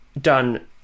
done